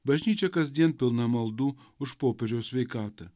bažnyčia kasdien pilna maldų už popiežiaus sveikatą